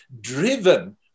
driven